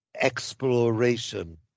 exploration